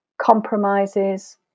compromises